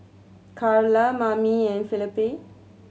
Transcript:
Karla Mamie and Felipe